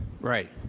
Right